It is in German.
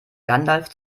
gandalf